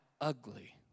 ugly